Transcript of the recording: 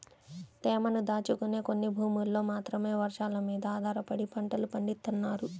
తేమను దాచుకునే కొన్ని భూముల్లో మాత్రమే వర్షాలమీద ఆధారపడి పంటలు పండిత్తన్నారు